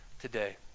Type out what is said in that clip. today